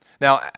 Now